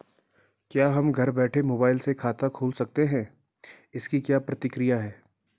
क्या हम घर बैठे मोबाइल से खाता खोल सकते हैं इसकी क्या प्रक्रिया है?